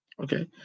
Okay